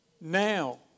Now